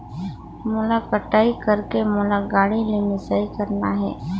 मोला कटाई करेके मोला गाड़ी ले मिसाई करना हे?